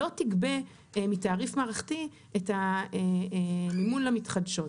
לא תגבה מתעריף מערכתי את המימון למתחדשות.